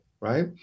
right